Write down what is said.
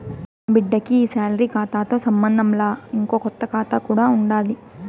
నాబిడ్డకి ఈ సాలరీ కాతాతో సంబంధంలా, ఇంకో కొత్త కాతా కూడా ఉండాది